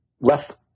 left